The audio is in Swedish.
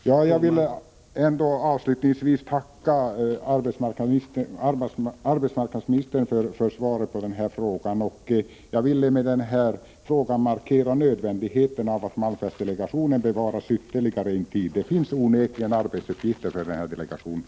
Herr talman! Jag vill avslutningsvis tacka arbetsmarknadsministern för svaret på min fråga. Jag ville med frågan markera nödvändigheten av att malmfältsdelegationen bevaras ytterligare en tid. Det finns onekligen arbetsuppgifter för denna delegation.